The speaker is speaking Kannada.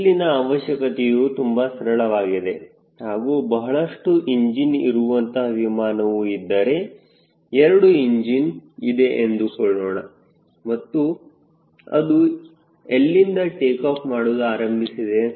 ಇಲ್ಲಿನ ಅವಶ್ಯಕತೆಯೂ ತುಂಬಾ ಸರಳವಾಗಿದೆ ಈಗ ಬಹಳಷ್ಟು ಇಂಜಿನ್ ಇರುವಂತಹ ವಿಮಾನವು ಇದ್ದರೆ 2 ಇಂಜಿನ್ ಇದೆ ಎಂದುಕೊಳ್ಳೋಣ ಮತ್ತು ಅದು ಎಲ್ಲಿಂದ ಟೇಕಾಫ್ ಮಾಡಲು ಆರಂಭಿಸಿದೆ